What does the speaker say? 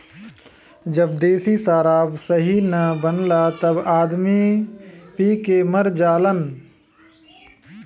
जब देशी शराब सही न बनला तब आदमी पी के मर जालन